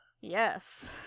Yes